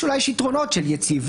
אולי יש יתרונות של יציבות,